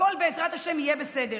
הכול בעזרת השם יהיה בסדר.